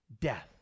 Death